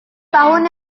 tahun